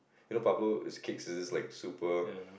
you know Pablo it's cakes is just like super